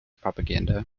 propaganda